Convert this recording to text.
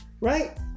Right